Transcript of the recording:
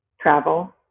Travel